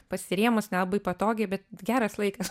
pasirėmus nelabai patogiai bet geras laikas